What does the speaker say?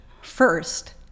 first